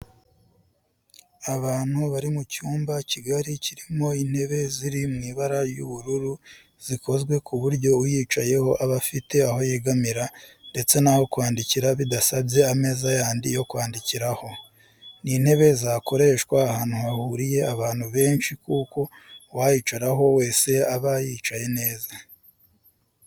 abantu bari mu cyumba kigari kirimo intebe ziri mu ibara ry'ubururu zikozwe ku buryo uyicayeho aba afite aho yegamira ndetse n'aho kwandikira bidasabye ameza yandi yo kwandikiraho. Ni intebe zakoreshwa ahantu hahuriye abantu benshi kuko uwayicaraho wese yaba yicaye neza